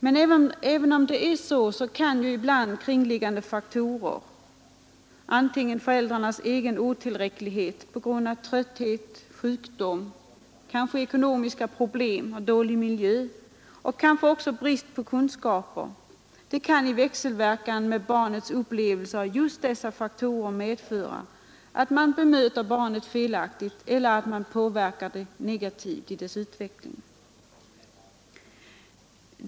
Men även om det är så kan ibland kringliggande faktorer — föräldrarnas egen otillräcklighet på grund av trötthet, sjukdom, ekonomiska problem, dålig miljö och brist på kunskaper i växelverkan med barnets upplevelser av just dessa faktorer — medföra att barnet blir felaktigt bemött eller påverkas negativt i sin utveckling.